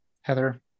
Heather